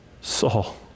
Saul